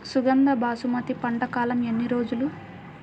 సుగంధ బాసుమతి పంట కాలం ఎన్ని రోజులు?